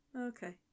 okay